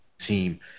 team